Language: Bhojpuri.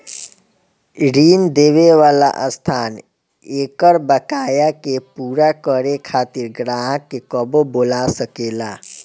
ऋण देवे वाला संस्था एकर बकाया के पूरा करे खातिर ग्राहक के कबो बोला सकेला